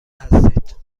هستید